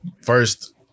first